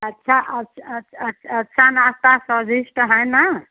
अच्छा अच्छा नाश्ता स्वादिष्ट है ना